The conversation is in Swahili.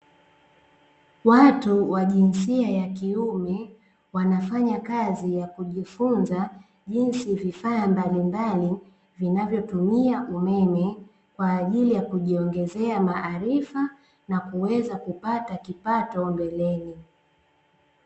Watu wa jinsia ya kiume, wanafanya kazi ya kujifunza jinsi vifaa mbalimbali vinavyotumia umeme, kwa ajili ya kujiongezea maarifa na kuweza kupata kipato mbeleni.